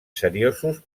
seriosos